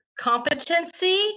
competency